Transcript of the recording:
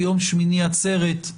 ביום שמיני עצרת,